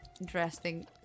interesting